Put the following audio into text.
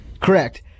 Correct